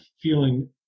feeling